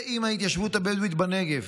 "ועם ההתיישבות הבדואית בנגב".